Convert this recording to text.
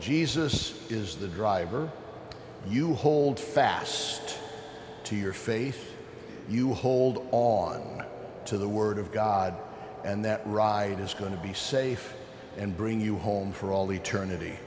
jesus is the driver you hold fast see to your face you hold on to the word of god and that ride is going to be safe and bring you home for all eternity